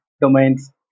domains